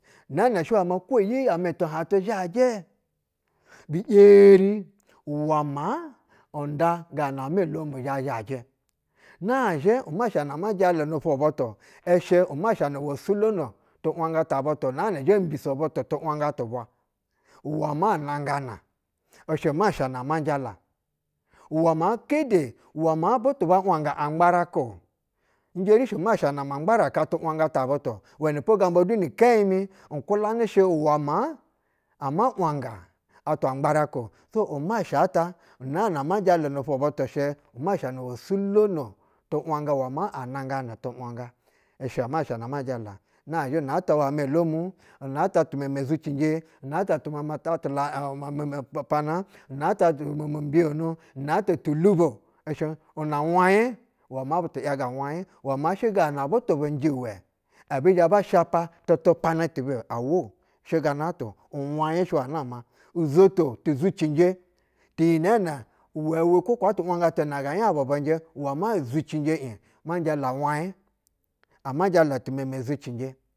Nɛɛ shɛ ma kwo yi amɛ tuhantu zhajɛ bi yeri uwɛ maa n nƌa gana amɛ elomu zhe zhajɛ. Nazhɛ u masha na amua jala nofwo butu shɛ umasha na wo sulono tu’wanga ta butu naana zhɛ mbiso butu tu’wanga tubwa, uwɛ maa nangana shɛ masha na ama jala uwɛ maa kede, uwɛ maa butu ba wanga a ngbaraka-o. Njerishi umasha na ma ngbaraka tu’wanga ta butu-o. uwɛnɛ po ganiba du ni kɛnyi mi n kwulanɛ shɛ uwɛ maa ama wanga atwa ngbaraka-o so u masha ta unaa na ma jala nofwo butu shɛ umasha na wo sulono tu’ wanga uwɛ maa ananganɛ tu waiga, ishɛ masha na ama jala, nazhɛ unata ya ma douw, unaba timeme zucinje, unata tumamata ti la ɛɛ na ma ni tin una ta to mo mo nibiyonu, una tulubo una mwanyi, uwɛ ma butu yaga wanyi uwɛ ma kede butu njɛ wɛ ɛbi zhɛ ba shapa tutu pana ti bɛ-o awo, shigana-o uwaɧyi shɛ ya nama-uzotu tu zucinje iyi nɛɛnɛ iwɛwu kwo kaa tu’wanga tu na ga nyabu bɛ njɛ uwɛ maa zucinje iɧ majala waɧyi ama ti meme zucinje.